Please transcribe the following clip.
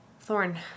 Thorn